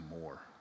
more